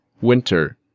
Winter